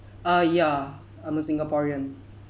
uh ya I'm a singaporean